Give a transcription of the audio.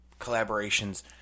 collaborations